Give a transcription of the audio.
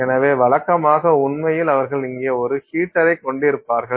எனவே வழக்கமாக உண்மையில் அவர்கள் இங்கே ஒரு ஹீட்டரைக் கொண்டிருப்பார்கள்